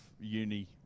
uni